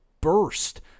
burst